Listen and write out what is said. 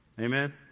Amen